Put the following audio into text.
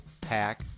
Pack